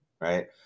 right